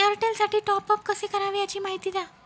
एअरटेलसाठी टॉपअप कसे करावे? याची माहिती द्या